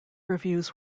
reviews